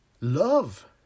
Love